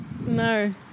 No